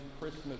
Christmas